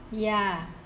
ya